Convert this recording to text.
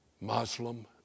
Muslim